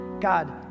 God